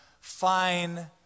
fine